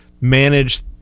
manage